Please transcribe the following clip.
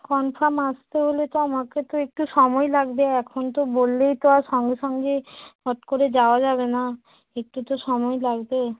confirm আসতে হলে তো আমাকে তো একটু সময় লাগবে এখন তো বললেই তো আর সঙ্গে সঙ্গে হট করে যাওয়া যাবে না একটু তো সময় লাগবে